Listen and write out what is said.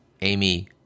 Amy